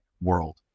world